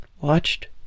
watched